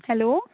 hello